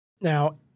Now